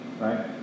right